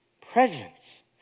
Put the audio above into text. presence